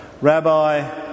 Rabbi